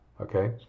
okay